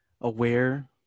aware